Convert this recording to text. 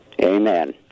Amen